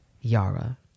Yara